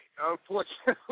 unfortunately